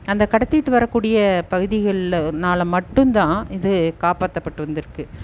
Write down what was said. அந்த கடத்திகிட்டு வரக்கூடிய பகுதிகள்ளனால் மட்டும்தான் இது காப்பாற்றப்பட்டு வந்துருக்குது